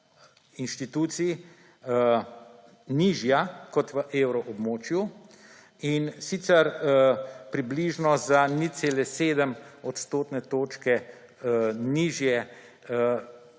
inštitucij nižja kot v evroobmočju, in sicer približno za 0,7 odstotne točke nižja,